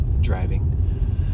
driving